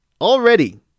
Already